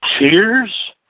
Cheers